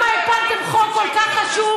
מה, אין לכם קצת עמוד שדרה?